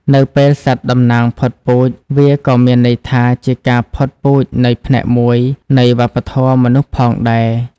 នៅពេលសត្វតំណាងផុតពូជ វាក៏មានន័យថាជាការផុតពូជនៃផ្នែកមួយនៃវប្បធម៌មនុស្សផងដែរ។